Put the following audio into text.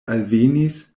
alvenis